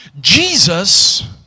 Jesus